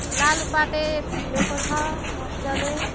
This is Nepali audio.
लालुपाते फुलेको छ मजाले